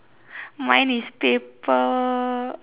mine is paper